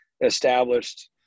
established